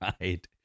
right